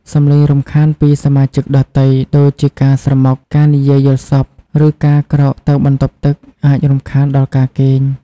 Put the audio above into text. សំឡេងរំខានពីសមាជិកដទៃ ដូចជាការស្រមុក ការនិយាយយល់សប្តិ ឬការក្រោកទៅបន្ទប់ទឹក អាចរំខានដល់ការគេង។